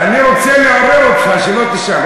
אני רוצה להעיר אותך, שלא תישן.